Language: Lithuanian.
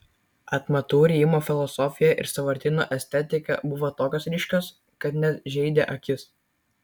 atmatų rijimo filosofija ir sąvartyno estetika buvo tokios ryškios kad net žeidė akis